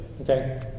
Okay